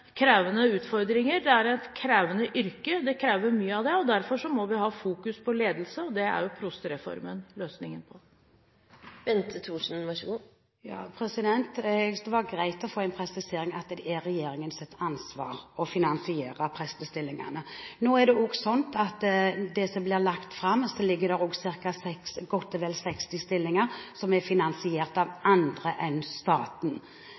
utfordringer. Det er et krevende yrke, det krever mye av deg. Derfor må vi ha fokus på ledelse, og det er jo prostereformen løsningen på. Jeg syntes det var greit å få en presisering – at det er regjeringens ansvar å finansiere prestestillingene. Nå er det også sånn at i det som ble lagt fram, det tallet som ble presentert, ligger det godt og vel 60 stillinger som er finansiert av andre enn staten.